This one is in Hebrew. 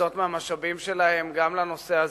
להקצות מהמשאבים שלהן גם לנושא הזה.